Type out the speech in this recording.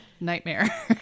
nightmare